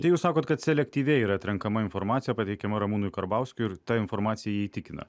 tai jūs sakot kad selektyviai ir atrenkama informacija pateikiama ramūnui karbauskiui ir ta informacija jį įtikina